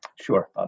Sure